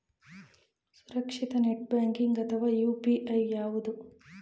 ಸುರಕ್ಷಿತ net banking ಅಥವಾ UPI ಯಾವುದು?